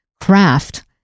craft